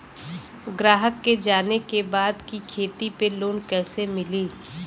ग्राहक के जाने के बा की खेती पे लोन कैसे मीली?